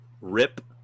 Rip